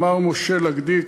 אמר משה לגדי,